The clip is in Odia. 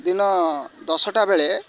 ଦିନ ଦଶଟା ବେଳେ